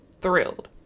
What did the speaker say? thrilled